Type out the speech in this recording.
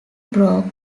broke